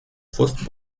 fost